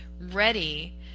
ready